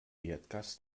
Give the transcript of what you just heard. erdgas